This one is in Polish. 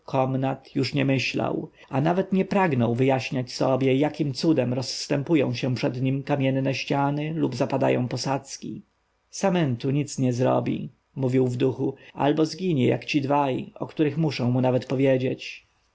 już nie myślał a nawet nie pragnął wyjaśnić sobie jakim cudem rozstępują się przed nim kamienne ściany lub zapadają posadzki samentu nic nie zrobi mówił w duchu albo zginie jak ci dwaj o których muszę mu nawet powiedzieć